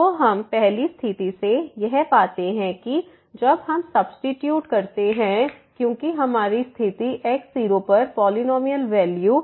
तो हम पहली स्थिति से यह पाते हैं कि जब हम सब्सीट्यूट करते हैं क्योंकि हमारी स्थिति x0 पर पॉलिनॉमियल वैल्यू